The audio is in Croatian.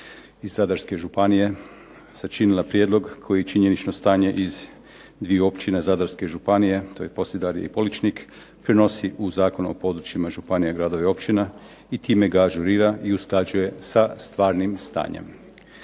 iz Zadarske županije sačinila prijedlog koji činjenično stanje iz dio općina Zadarske županije, to je Posedarje i Poličnik prinosi u Zakonu o područjima županija, gradova i općina, i time ga ažurira i usklađuje sa stvarnim stanjem.